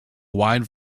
wide